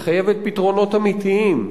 היא חייבת פתרונות אמיתיים,